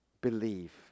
believe